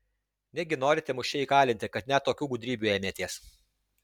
negi norite mus čia įkalinti kad net tokių gudrybių ėmėtės